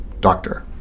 doctor